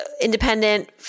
independent